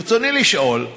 ברצוני לשאול: